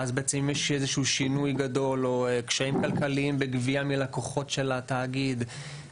ואז אם יש שינוי גדול או קשיים כלכליים בגבייה מלקוחות של התאגיד,